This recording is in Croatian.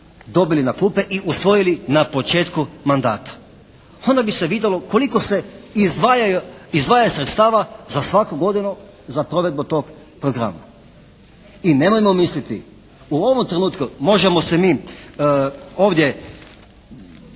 dobili na klupe i usvojili na početku mandata. Onda bi se vidjelo koliko se izdvaja sredstava za svaku godinu za provedbu tog programa. I nemojmo misliti u ovom trenutku možemo se mi ovdje